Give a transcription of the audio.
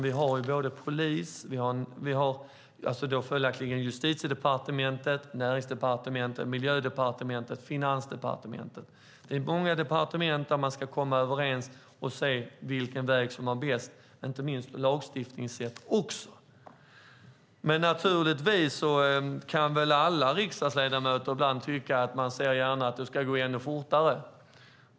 Vi har också polisen och följaktligen Justitiedepartementet, Näringsdepartementet, Miljödepartementet och Finansdepartement. Det är många departement där man ska komma överens för att se vilken väg som var bäst, inte minst med tanke på lagstiftningen. Naturligtvis kan alla riksdagsledamöter ibland tycka att det ska gå ännu fortare.